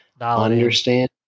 understand